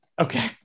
Okay